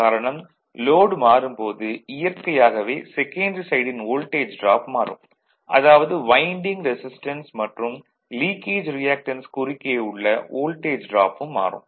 காரணம் லோட் மாறும் போது இயற்கையாகவே செகன்டரி சைடின் வோல்டேஜ் டிராப் மாறும் அதாவது வைண்டிங் ரெசிஸ்டன்ஸ் மற்றும் லீக்கேஜ் ரியாக்டன்ஸ் குறுக்கே உள்ள வோல்டேஜ் டிராப்பும் மாறும்